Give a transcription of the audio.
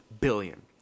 billion